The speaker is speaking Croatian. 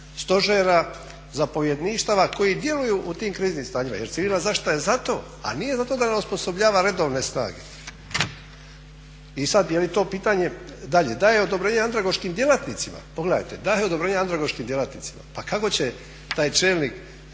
stožera, zapovjedništava koji djeluju u tim kriznim stanjima jer civilna zaštita je za to, a nije za to da osposobljava redovne snage. I sad je li to pitanje, dalje, daje odobrenje andragoškim djelatnicima. Pogledajte, daje odobrenje andragoškim djelatnicima. Pa kako će taj čelnik